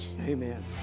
Amen